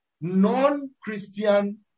non-Christian